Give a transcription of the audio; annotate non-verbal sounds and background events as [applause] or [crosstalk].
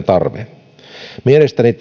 [unintelligible] tarve mielestäni [unintelligible]